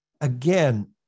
Again